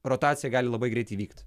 rotacija gali labai greitai įvykt